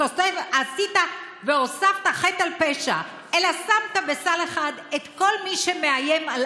עשית והוספת חטא על פשע: שמת בסל אחד את כל מי שמאיים על